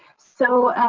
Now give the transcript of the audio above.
so,